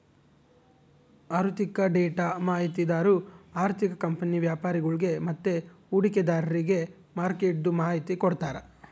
ಆಋಥಿಕ ಡೇಟಾ ಮಾಹಿತಿದಾರು ಆರ್ಥಿಕ ಕಂಪನಿ ವ್ಯಾಪರಿಗುಳ್ಗೆ ಮತ್ತೆ ಹೂಡಿಕೆದಾರ್ರಿಗೆ ಮಾರ್ಕೆಟ್ದು ಮಾಹಿತಿ ಕೊಡ್ತಾರ